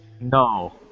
No